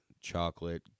chocolate